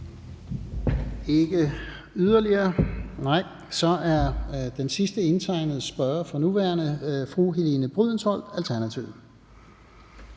Ikke yderligere? Nej. Så er den sidste indtegnede spørger for nu er fru Helene Brydensholt, Alternativet.